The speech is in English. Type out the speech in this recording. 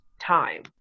time